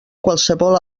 qualsevol